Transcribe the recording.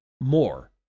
more